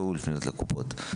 לא הוא לפנות לקופות.